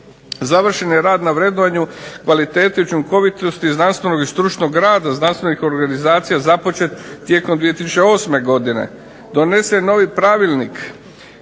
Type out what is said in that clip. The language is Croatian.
Završen je rad na vrednovanju i kvalitete i učinkovitosti znanstvenog i stručnog rada znanstvenih organizacija započet tijekom 2008. godine. Donesen novi Pravilnik